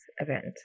event